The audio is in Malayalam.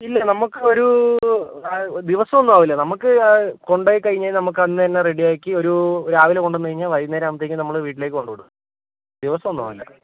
ഇല്ല നമുക്ക് ഒരു ദിവസമൊന്നും ആവില്ല നമുക്ക് കൊണ്ടുപോയിക്കഴിഞ്ഞ് നമുക്ക് അന്ന് തന്നെ റെഡിയാക്കി ഒരു രാവിലെ കൊണ്ടുവന്ന് കഴിഞ്ഞാൽ വൈകുന്നേരം ആവുമ്പോഴേക്ക് നമ്മൾ വീട്ടിലേക്ക് കൊണ്ടുവിടും ദിവസമൊന്നും ആവില്ല